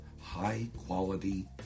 high-quality